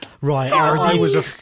right